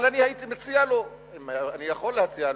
אבל אני הייתי מציע לו, אם אני יכול להציע לו,